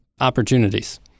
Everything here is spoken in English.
Opportunities